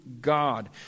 God